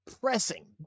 pressing